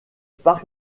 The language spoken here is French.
parc